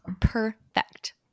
perfect